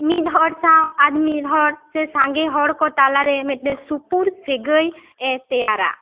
ᱢᱤᱫ ᱦᱚᱲ ᱥᱟᱶ ᱟᱨ ᱢᱤᱫ ᱦᱚᱲ ᱥᱮ ᱥᱟᱸᱜᱮ ᱦᱚᱲ ᱠᱚ ᱛᱟᱞᱟ ᱨᱮ ᱢᱤᱫ ᱴᱮᱡ ᱥᱩᱯᱩᱨ ᱥᱟᱹᱜᱟ ᱭᱮ ᱛᱮᱭᱟᱨᱟ